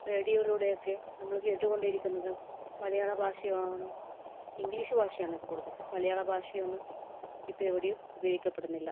റേഡിയോയിലൂടെയൊക്കെ നമ്മൾ കേട്ടുകൊണ്ടിരിക്കുന്നത് മലയാള ഭാഷയാണോ ഇംഗ്ലീഷ് ഭാഷയാണ് കൂടുതലും മലയാള ഭാഷയൊന്നും ഇപ്പോൾ എവിടെയും ഉപയോഗിക്കപ്പെടുന്നില്ല